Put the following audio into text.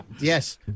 Yes